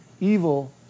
evil